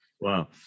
wow